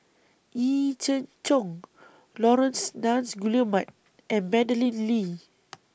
Yee Jenn Jong Laurence Nunns Guillemard and Madeleine Lee